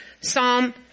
Psalm